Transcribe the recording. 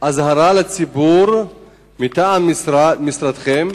אזהרה לציבור מטעם משרדכם,